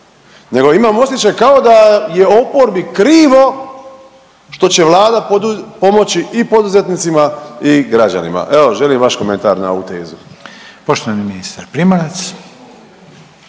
Nego imam osjećaj kao da je oporbi krivo što će Vlada pomoći i poduzetnicima i građanima. Evo želim vaš komentar na ovu tezu. **Reiner,